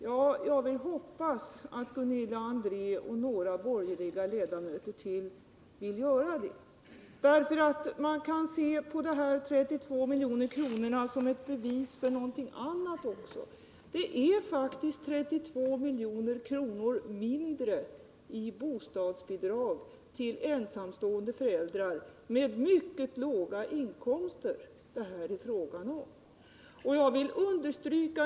Ja, jag vill hoppas att Gunilla André och ytterligare några borgerliga ledamöter vill göra detta. Man kan också se de här 32 miljonerna som ett bevis på någonting annat. Det är faktiskt fråga om 32 milj.kr. mindre i bostadsbidrag till ensamstående föräldrar med mycket låga inkomster.